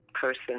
person